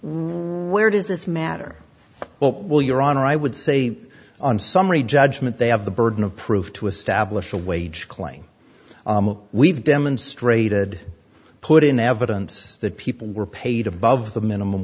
where does this matter what will your honor i would say on summary judgment they have the burden of proof to establish a wage claim we've demonstrated put in evidence that people were paid above the minimum